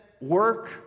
work